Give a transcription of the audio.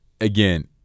again